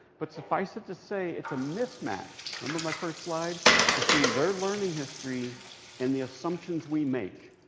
but suffice it to say it's a mismatch remember my first slide between their learning history and the assumptions we make.